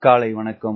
காலை வணக்கம்